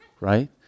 Right